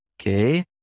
Okay